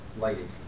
lighting